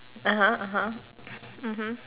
(uh huh) (uh huh) mmhmm